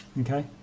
Okay